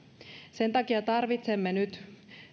sen takia tarvitsemme nyt